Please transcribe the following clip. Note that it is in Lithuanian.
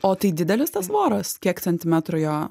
o tai didelis tas voras kiek centimetrų jo